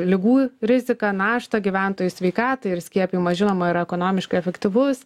ligų riziką naštą gyventojų sveikatai ir skiepijimas žinoma yra ekonomiškai efektyvus